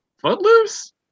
Footloose